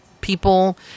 people